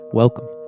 welcome